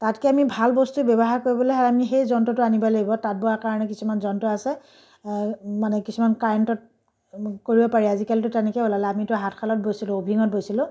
তাতকৈ আমি ভাল বস্তু ব্যৱহাৰ কৰিবলৈ হ'লে আমি সেই যন্ত্ৰটো আনিবই লাগিব তাঁত বোৱা কাৰণে কিছুমান যন্ত্ৰ আছে মানে কিছুমান কাৰেন্টত কৰিব পাৰি আজিকালিতো তেনেকৈ ওলালে আমিটো হাত শালত বৈছিলোঁ উইভিঙত বৈছিলোঁ